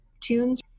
tunes